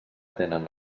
tenen